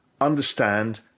understand